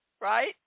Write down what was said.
right